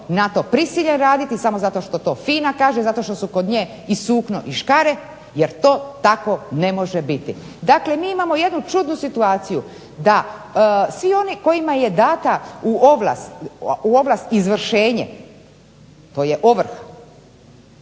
to prisiljen raditi samo zato što to FINA kaže, samo zato što su kod nje i sukno i škare da to ne može tako biti. Dakle, mi imamo jednu čudnu situaciju, da svi oni kojima je data u ovlast izvršenje to je ovrha,